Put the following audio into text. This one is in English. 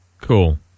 Cool